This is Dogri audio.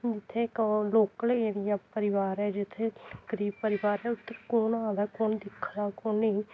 हून इत्थै इक ओह् लोकल एरिया परिवार ऐ जित्थै गरीब परिवार ऐ उद्धर कौन आ दा कु'न दिक्खा दा कु'न नेईं